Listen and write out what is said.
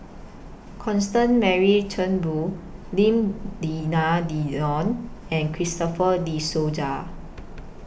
Constance Mary Turnbull Lim Denan Denon and Christopher De Souza